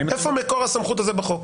איפה מקור הסמכות הזה בחוק?